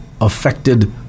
affected